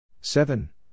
Seven